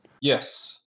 Yes